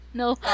no